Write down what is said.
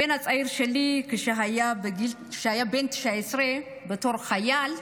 הבן הצעיר שלי, כשהוא היה בן 19, בתור חייל,